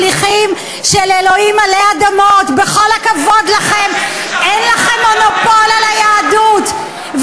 שיהיה לכם מונופול על היהדות?